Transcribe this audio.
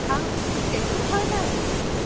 हा कहिड़ो हाल आहे